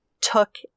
took